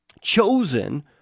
chosen